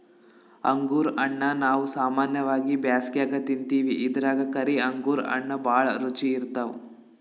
ಅಂಗುರ್ ಹಣ್ಣಾ ನಾವ್ ಸಾಮಾನ್ಯವಾಗಿ ಬ್ಯಾಸ್ಗ್ಯಾಗ ತಿಂತಿವಿ ಇದ್ರಾಗ್ ಕರಿ ಅಂಗುರ್ ಹಣ್ಣ್ ಭಾಳ್ ರುಚಿ ಇರ್ತವ್